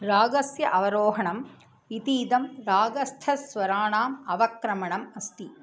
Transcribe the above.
रागस्य अवरोहणम् इतीदं रागस्थस्वराणाम् अवक्रमणम् अस्ति